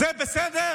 זה בסדר?